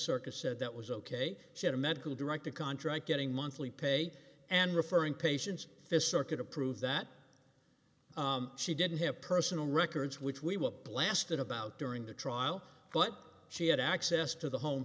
circus said that was ok she had a medical directive contract getting monthly pay and referring patients th circuit to prove that she didn't have personal records which we will blasted about during the trial but she had access to the home